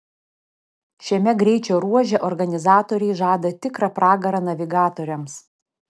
šiame greičio ruože organizatoriai žada tikrą pragarą navigatoriams